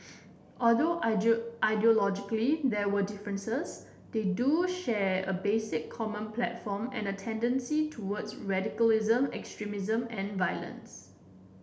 although ideologically there are differences they do share a basic common platform and a tendency towards radicalism extremism and violence